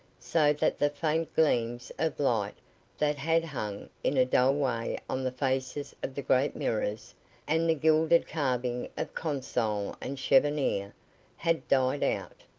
so that the faint gleams of light that had hung in a dull way on the faces of the great mirrors and the gilded carving of console and cheffonier, had died out.